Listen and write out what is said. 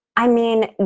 i mean,